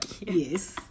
Yes